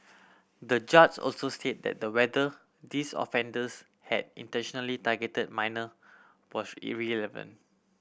the judge also said that the whether these offenders had intentionally targeted minor was irrelevant